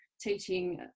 teaching